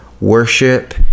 Worship